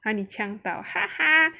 !huh! 你呛到哈哈